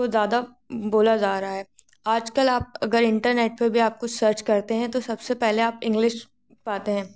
को ज़्यादा बोला जा रहा हैं आज कल आप अगर इंटरनेट पर भी आपको सर्च करते हैं तो सबसे पहले आप इंग्लिश पाते हैं